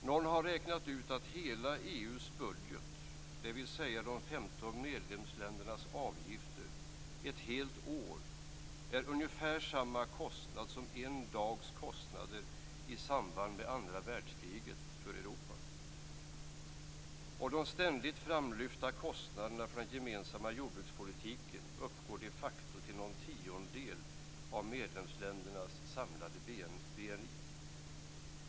Någon har räknat ut att hela EU:s budget, dvs. de 15 medlemsländernas avgifter ett helt år, är ungefär samma kostnad som en dags kostnader i samband med andra världskriget för Europa. Och de ständigt framlyfta kostnaderna för den gemensamma jordbrukspolitiken uppgår de facto till någon tiondel av medlemsländernas samlade BNI.